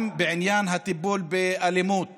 גם בעניין הטיפול האלימות